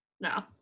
No